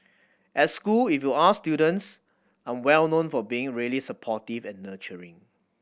at school if you ask students I'm well known for being really supportive and nurturing